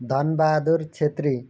Dhanbahadur Chhetri